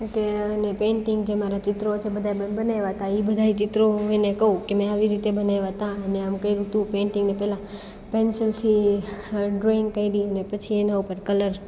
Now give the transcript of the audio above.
કે અને પેંટિંગ જે મારા ચિત્રો છે બધાય મેં બનાવ્યા તા એ બધાય ચિત્રો હું એને કહું કે મેં આવી રીતે બનાયવા તા અને આમ કયરું તું પેંટિંગને પહેલા પેન્સિલથી ડ્રોઈંગ કરી અને પછી એના ઉપર કલર